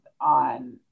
on